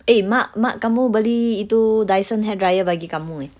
eh mak mak kamu beli itu Dyson hairdryer bagi kamu eh